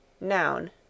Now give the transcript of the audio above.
Noun